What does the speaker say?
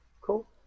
cool